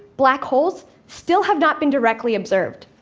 black holes, still have not been directly observed.